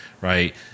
right